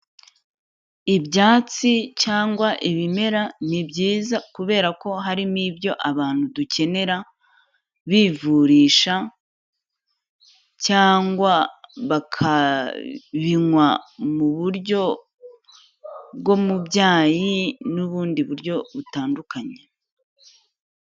Ibyatsi cyangwa ibimera ni byiza kubera ko harimo ibyo abantu dukenera bivurisha cyangwa bakabinywa mu buryo bwo mu byayi n'ubundi buryo butandukanye.